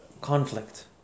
conflict